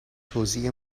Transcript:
توزیع